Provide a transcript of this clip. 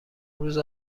روز